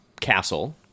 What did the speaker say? castle